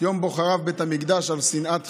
יום שבו חרב בית המקדש על שנאת חינם.